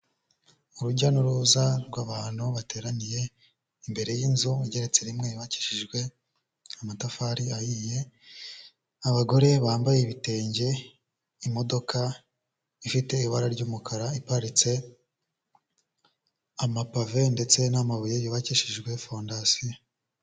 Urujya n'uruza rw'abantu bateraniye imbere y'inzu, igeretse rimwe yubakishijwe amatafari ahiye, abagore bambaye ibitenge, imodoka ifite ibara ry'umukara iparitse, amapave ndetse n'amabuye yubakishijwe fondasiyo.